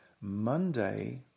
Monday